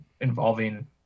involving